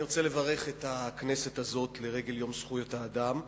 אני רוצה לברך את הכנסת הזאת לרגל יום זכויות האדם,